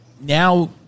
now